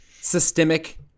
systemic